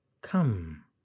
come